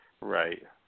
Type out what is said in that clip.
right